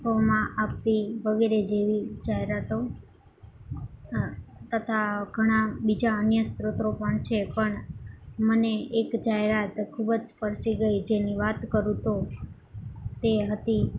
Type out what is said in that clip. કોમાં આપવી વગેરે જેવી જાહેરાતો તથા ઘણાં બીજાં અન્ય સ્ત્રોતો પણ છે પણ મને એક જાહેરાત ખૂબ જ સ્પર્શી ગઈ જેની વાત કરું તો તે હતી